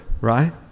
right